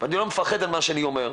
ואני לא מפחד על מה שאני אומר,